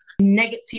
negative